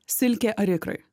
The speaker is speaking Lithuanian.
silkė ar ikrai